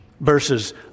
Verses